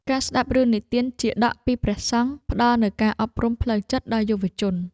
ការស្តាប់រឿងនិទានជាតកពីព្រះសង្ឃ ផ្តល់នូវការអប់រំផ្លូវចិត្តដល់យុវជន។